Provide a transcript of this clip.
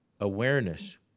awareness